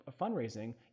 fundraising